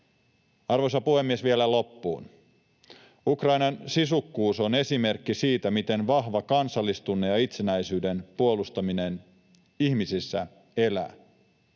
Arvoisa puhemies! Vielä loppuun: Ukrainan sisukkuus on esimerkki siitä, miten vahva kansallistunne ja itsenäisyyden puolustaminen ihmisissä elää.